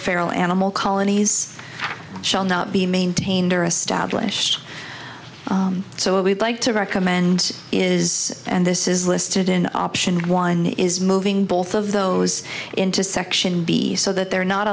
feral animal colonies shall not be maintained or established so we'd like to recommend is and this is listed in option one is moving both of those into section b so that they're not